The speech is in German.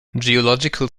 geological